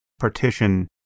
partition